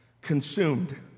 consumed